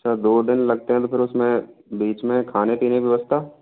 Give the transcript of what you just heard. अच्छा दो दिन लगते हैं तो फिर उसमें बीच में खाने पीने की व्यवस्था